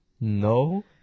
No